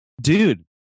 dude